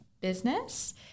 business